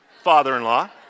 father-in-law